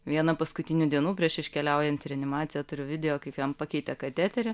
vieną paskutinių dienų prieš iškeliaujant į reanimaciją turiu video kaip jam pakeitė kateterį